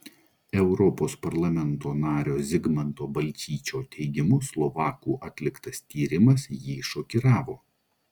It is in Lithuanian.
europos parlamento nario zigmanto balčyčio teigimu slovakų atliktas tyrimas jį šokiravo